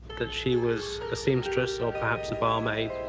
that she was a seamstress or perhaps a barmaid.